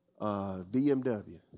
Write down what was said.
BMW